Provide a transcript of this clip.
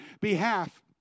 behalf